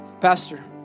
pastor